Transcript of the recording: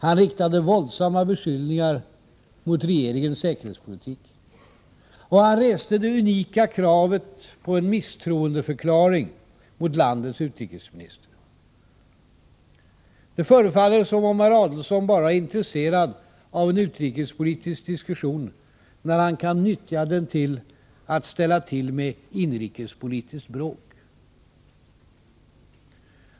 Han riktade våldsamma beskyllningar mot regeringens säkerhetspolitik. Och han reste det unika kravet på en misstroendeförklaring mot landets utrikesminister. Det förefaller som om herr Adelsohn bara är intresserad av en utrikespolitisk diskussion när han kan nyttja den till att ställa till med inrikespolitiskt bråk.